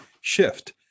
shift